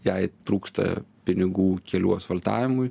jei trūksta pinigų kelių asfaltavimui